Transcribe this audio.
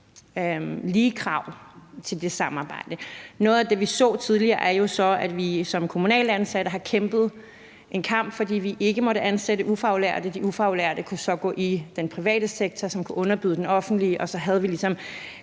lige krav til det samarbejde. Noget af det, vi så tidligere, var jo så, at vi som kommunalt ansatte måtte kæmpe en kamp, fordi vi ikke måtte ansætte ufaglærte, og de ufaglærte kunne så gå over i den private sektor, som kunne underbyde den offentlige, og så havde vi ligesom